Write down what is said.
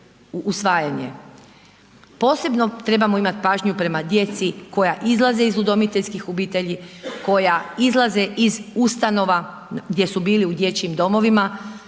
Posebno trebamo imat pažnju prema djeci koja izlaze iz udomiteljskih obitelji, koja izlaze iz ustanova gdje su bili u dječjim domovima